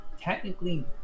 technically